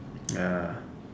ya